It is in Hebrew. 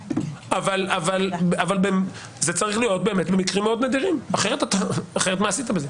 זה צריך להיות באמת במקרים מאוד נדירים כי אחרת מה עשית בזה?